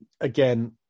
again